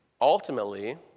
Ultimately